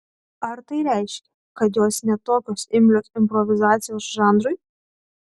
ar tai reiškia kad jos ne tokios imlios improvizacijos žanrui